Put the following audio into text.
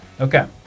Okay